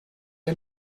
que